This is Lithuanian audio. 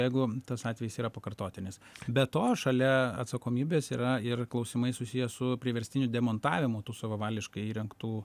jeigu tas atvejis yra pakartotinis be to šalia atsakomybės yra ir klausimai susiję su priverstiniu demontavimu tų savavališkai įrengtų